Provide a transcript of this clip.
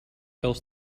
else